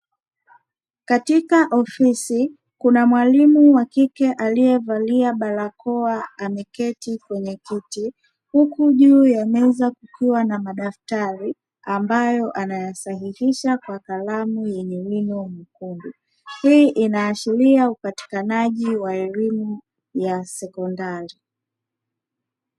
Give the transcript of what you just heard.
Katika ofisi kuna mwalimu wa kike aliyevalia barakoa ameketi kwenye kiti huku juu ya meza kukiwa na madaftari ambayo anayasahihisha kwa kalamu yenye wino mwekundu. Hii inaashiria upatikanaji wa elimu ya sekondari.